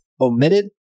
omitted